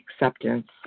acceptance